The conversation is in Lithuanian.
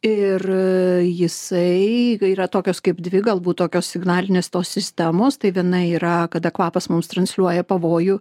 ir jisai yra tokios kaip dvi galbūt tokios signalinės tos sistemos tai viena yra kada kvapas mums transliuoja pavojų